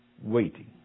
Waiting